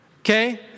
Okay